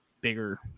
bigger